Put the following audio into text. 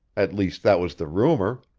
at least, that was the rumor.